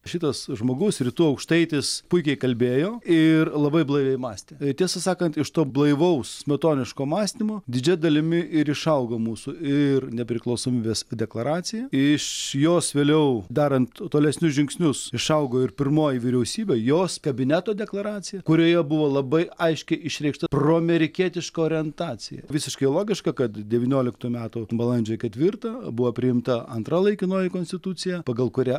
šitas žmogus rytų aukštaitis puikiai kalbėjo ir labai blaiviai mąstė tiesą sakant iš to blaivaus smetoniško mąstymo didžia dalimi ir išaugo mūsų ir nepriklausomybės deklaracija iš jos vėliau darant tolesnius žingsnius išaugo ir pirmoji vyriausybė jos kabineto deklaracija kurioje buvo labai aiškiai išreikšta proamerikietiška orientacija visiškai logiška kad devynioliktų metų balandžio ketvirtą buvo priimta antra laikinoji konstitucija pagal kurią